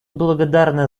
благодарны